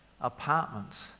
apartments